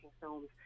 films